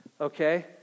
okay